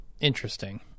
Interesting